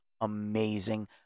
amazing